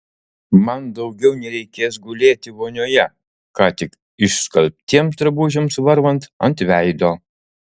man daugiau nereikės gulėti vonioje ką tik išskalbtiems drabužiams varvant ant veido